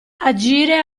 agire